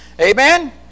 Amen